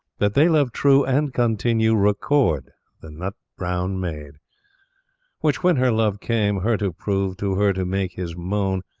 that they love true, and continue, record the nut-brown maid which, when her love came, her to prove, to her to make his moan,